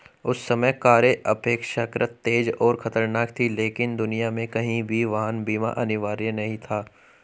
उस समय कारें अपेक्षाकृत तेज और खतरनाक थीं, लेकिन दुनिया में कहीं भी वाहन बीमा अनिवार्य नहीं था